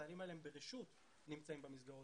החיילים האלה הם ברשות נמצאים במסגרות